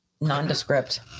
nondescript